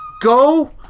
Go